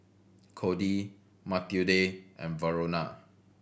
Cody Mathilde and Verona